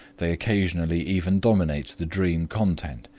they occasionally even dominate the dream content,